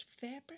fabric